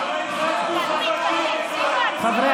הבן אדם הרס את חוות מגרון, ג'וב טוב.